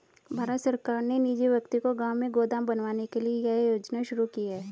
भारत सरकार ने निजी व्यक्ति को गांव में गोदाम बनवाने के लिए यह योजना शुरू की है